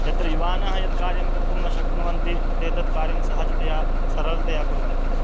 यत्र युवानः यत् कार्यं कर्तुं न शक्नुवन्ति ते तत् कार्यं सहजतया सरलतया कुर्वन्ति